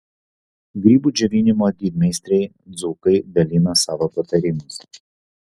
grybų džiovinimo didmeistriai dzūkai dalina savo patarimus